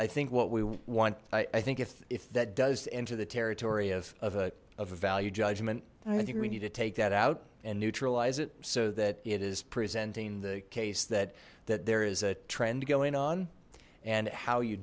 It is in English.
i think what we want i think if if that does enter the territory of a value judgment i think we need to take that out and neutralize it so that it is presenting the case that that there is a trend going on and how you